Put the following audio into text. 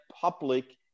public